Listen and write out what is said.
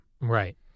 Right